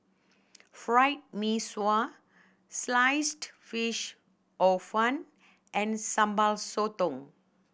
Fried Mee Sua Sliced Fish Hor Fun and Sambal Sotong